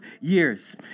years